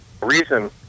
reason